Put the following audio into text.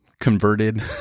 converted